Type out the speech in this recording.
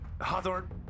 Hawthorne